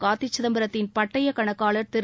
காா்த்தி சிதம்பரத்தின் பட்டயக்கணக்காளர் திரு